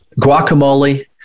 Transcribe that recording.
guacamole